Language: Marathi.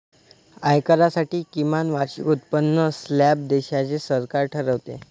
आयकरासाठी किमान वार्षिक उत्पन्न स्लॅब देशाचे सरकार ठरवते